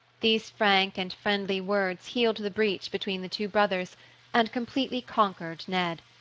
these frank and friendly words healed the breach between the two brothers and completely conquered ned.